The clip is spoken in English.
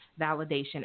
validation